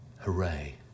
Hooray